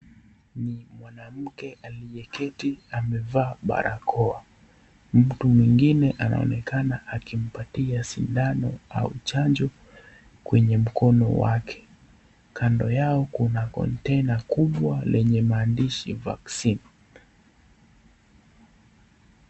Ni mwanamke aliyeketi amevaa barakoa. Mtu mwengine anaonekana akimpatia sindano au chanjo kwenye mkono wake. Kando yao kuna container kubwa lenye maandishi vaccine .